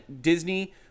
Disney